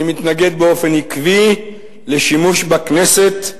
אני מתנגד באופן עקבי לשימוש בכנסת כבית-דין,